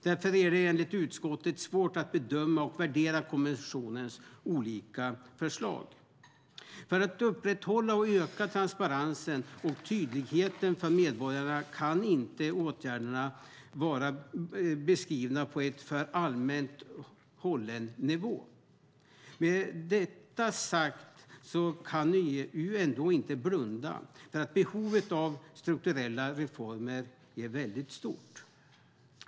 Därför är det enligt utskottet svårt att bedöma och värdera kommissionens olika förslag. För att upprätthålla och öka transparensen och tydligheten för medborgarna kan inte åtgärderna vara beskrivna på en för allmänt hållen nivå. Med detta sagt kan EU ändå inte blunda för att behovet av strukturella reformer är stort.